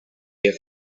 their